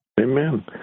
Amen